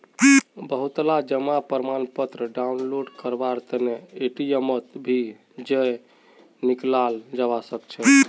बहुतला जमा प्रमाणपत्र डाउनलोड करवार तने एटीएमत भी जयं निकलाल जवा सकछे